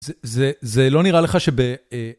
זה לא נראה לך שב...